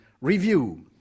review